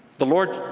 the lord